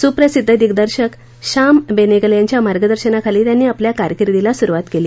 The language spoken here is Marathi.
सुप्रसिध्द दिगदर्शक श्याम बेनेगल यांच्या मार्गदर्शनाखाली त्यांनी आपल्या कारकीर्दीला सुरुवात केली